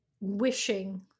wishing